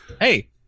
hey